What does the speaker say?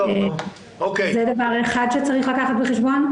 זה דבר אחד שצריך לקחת בחשבון.